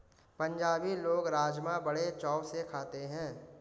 पंजाबी लोग राज़मा बड़े चाव से खाते हैं